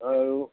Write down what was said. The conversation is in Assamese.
আৰু